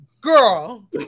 girl